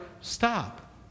stop